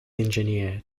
engineer